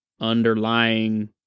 underlying